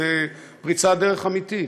זו פריצת דרך אמיתית.